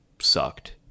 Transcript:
sucked